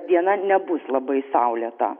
diena nebus labai saulėta